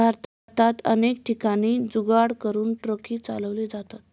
भारतात अनेक ठिकाणी जुगाड करून ट्रकही चालवले जातात